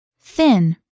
thin